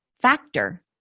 factor